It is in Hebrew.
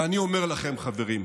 ואני אומר לכם, חברים,